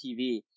TV